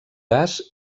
gas